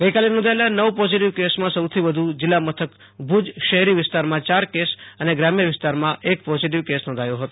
ગઈકાલે નોંધાયેલા નવ પોઝિટિવ કેસોમાં સૌથી વધુ જિલ્લામથક ભુજ શૈહેરી વિસ્તારમાં ચાર કેસ અને ગ્રામ્ય વિસ્તારમાં એક પોઝિટિવ કેસ નોંધાયા હતા